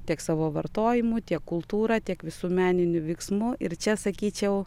tiek savo vartojimu tiek kultūra tiek visuomeniniu vyksmu ir čia sakyčiau